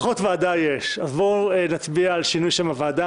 נצביע על שינוי שם הוועדה,